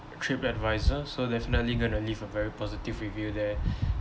trip advisor so definitely gonna leave a very positive review there